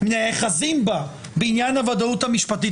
נאחזים בה בעניין הוודאות המשפטית,